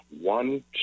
one